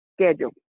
schedule